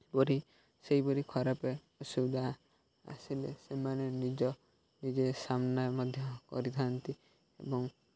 ପରି ସେହିପରି ଖରାପ ଅସୁବିଧା ଆସିଲେ ସେମାନେ ନିଜ ନିଜେ ସାମ୍ନା ମଧ୍ୟ କରିଥାନ୍ତି ଏବଂ